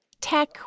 Tech